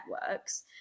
networks